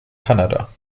kanada